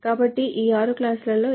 కాబట్టి ఈ 6 క్లాజులలో ఇది